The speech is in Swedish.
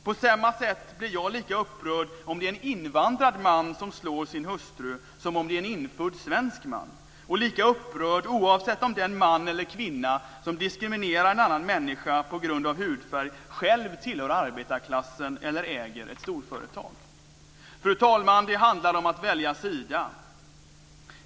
På samma sätt blir jag lika upprörd om det är en invandrad man som slår sin hustru som om det är en infödd svensk man, och lika upprörd oavsett om den man eller kvinna som diskriminerar en annan människa på grund av hudfärg själv tillhör arbetarklassen eller äger ett storföretag. Herr talman! Det handlar om att välja sida.